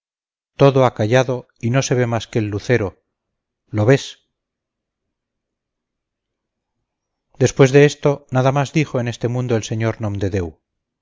todo ha callado y no se ve más que el lucero lo ves después de esto nada más dijo en este mundo el sr